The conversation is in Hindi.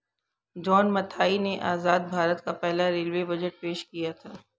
जॉन मथाई ने आजाद भारत का पहला रेलवे बजट पेश किया था